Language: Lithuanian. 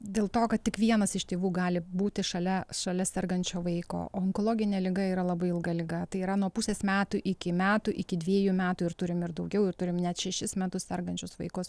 dėl to kad tik vienas iš tėvų gali būti šalia šalia sergančio vaiko onkologinė liga yra labai ilga liga tai yra nuo pusės metų iki metų iki dviejų metų ir turim daugiau ir turim net šešis metus sergančius vaikus